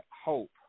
hope